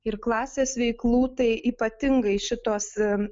ir klasės veiklų tai ypatingai šitos